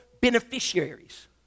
beneficiaries